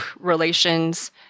relations